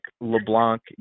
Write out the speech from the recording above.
LeBlanc